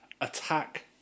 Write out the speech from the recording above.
attack